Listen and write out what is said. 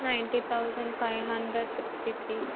ninety thousand five hundred sixty three